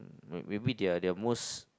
um maybe their their most